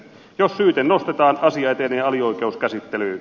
jos syyte nostetaan asia etenee alioikeuskäsittelyyn